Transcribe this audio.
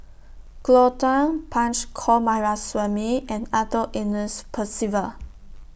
Cleo Thang Punch Coomaraswamy and Arthur Ernest Percival